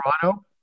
Toronto